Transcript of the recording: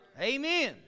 Amen